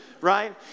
right